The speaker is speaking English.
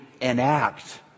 enact